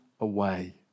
away